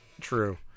true